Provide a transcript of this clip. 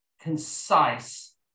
concise